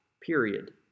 period